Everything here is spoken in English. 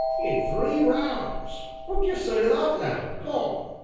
in three rounds! what d'ye say to that now, come?